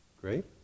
Great